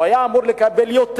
הוא היה אמור לקבל יותר.